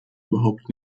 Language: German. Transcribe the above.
überhaupt